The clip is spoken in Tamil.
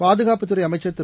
பாதுகாப்புத்துறைஅமைச்சள் திரு